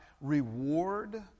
reward